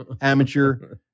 amateur